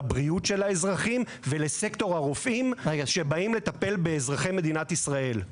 לבריאות של האזרחים ולסקטור הרופאים שבאים לטפל באזרחי מדינת ישראל.